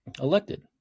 elected